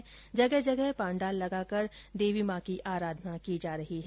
वहीं जगह जगह पाण्डाल लगाकर देवी माँ की आराधाना की जा रही है